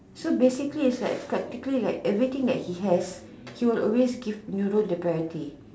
so basically is that practically like everything that he has he will always give Nurul the priority